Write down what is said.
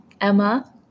emma